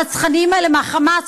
הרצחניים האלה מהחמאס,